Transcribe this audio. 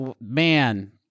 Man